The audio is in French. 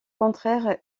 contraire